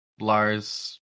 Lars